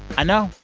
i know.